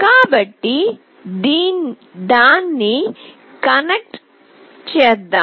కాబట్టి దాన్ని కనెక్ట్ చేద్దాం